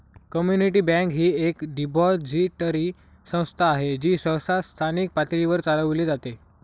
community bank ही एक depository संस्था आहे जी सहसा स्थानिक पातळीवर चालविली जाते